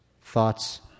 thoughts